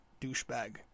douchebag